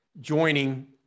joining